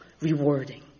rewarding